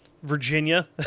Virginia